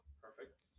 Perfect